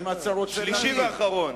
נושא שלישי ואחרון,